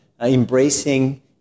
embracing